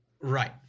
Right